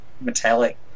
metallic